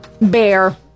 bear